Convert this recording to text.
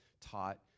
taught